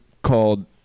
called